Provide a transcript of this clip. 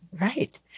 Right